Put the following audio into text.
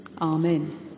Amen